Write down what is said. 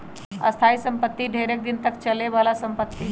स्थाइ सम्पति ढेरेक दिन तक चले बला संपत्ति हइ